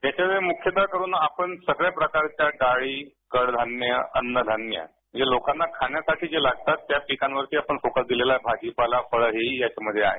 याच्यामध्ये मुख्यतः आपण सगळ्या प्रकारच्या डाळी कडधान्य अन्नधान्य जे लोकांना खाण्यासाठी जे लागतात त्या पिकांवरती आपण फोकस दिलेला आहे भाजीपाला फळे ही ह्याच्या मध्ये आहेत